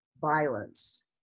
violence